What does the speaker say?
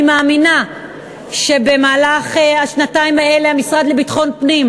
אני מאמינה שבמהלך השנתיים האלה המשרד לביטחון פנים,